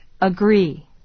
agree